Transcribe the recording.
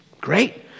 Great